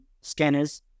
scanners